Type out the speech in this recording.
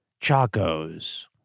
Chacos